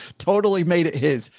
totally made it. his,